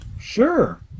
Sure